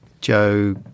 Joe